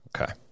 Okay